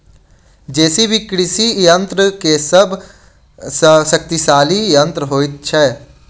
JCB कृषि यंत्र मे सभ सॅ शक्तिशाली यंत्र होइत छै